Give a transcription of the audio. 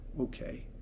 okay